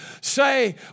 say